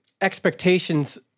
expectations